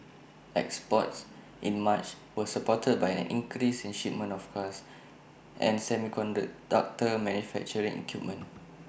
exports in March were supported by an increase in shipments of cars and semiconductor manufacturing equipment